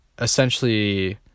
essentially